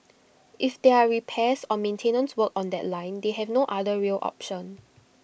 if there are repairs or maintenance work on that line they have no other rail option